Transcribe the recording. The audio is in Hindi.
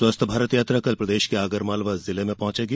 स्वस्थ भारत यात्रा कल प्रदेश के आगरमालवा जिले में पहॅचेंगी